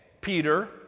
Peter